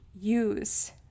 use